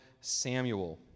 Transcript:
Samuel